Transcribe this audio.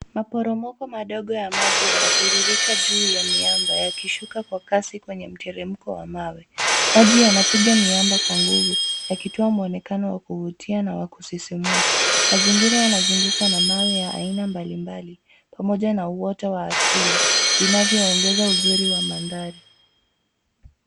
Maporomoko madogo ya maji yanatiririka juu ya miamba yakishuka kwa kasi kwenye mteremko wa mawe. Maji yanapiga miamba kwa nguvu yakitoa mwonekano wa kuvutia na wa kusisimua . Mazingira yanazungukwa na mawe ya aina mbali mbali pamoja na uoto wa asili vinavyoongeza uzuri wa maandhari.